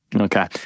Okay